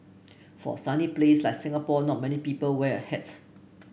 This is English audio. for a sunny place like Singapore not many people wear a hat